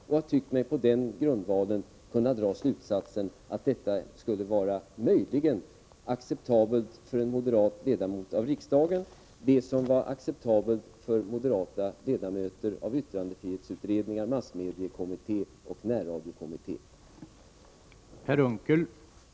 Jag tyckte mig på den grundvalen kunna dra slutsatsen att det som var acceptabelt för moderata ledamöter i yttrandefrihetsutredning, massmediekommitté och närradiokommitté möjligen skulle kunna vara accepterat för en moderat ledamot av riksdagen.